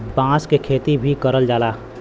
बांस क खेती भी करल जाला